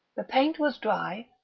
the paint was dry,